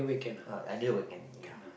uh idea we can yeah